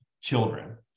children